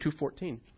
2.14